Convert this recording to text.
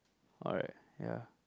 alright ya